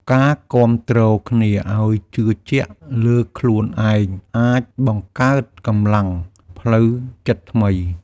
ការគាំទ្រគ្នាឲ្យជឿជាក់លើខ្លួនឯងអាចបង្កើតកម្លាំងផ្លូវចិត្តថ្មី។